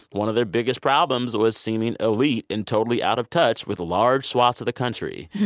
one of their biggest problems was seeming elite and totally out of touch with large swaths of the country.